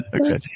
Okay